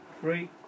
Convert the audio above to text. Three